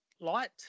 light